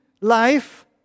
life